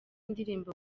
indirimbo